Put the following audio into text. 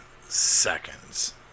seconds